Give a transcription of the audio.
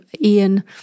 Ian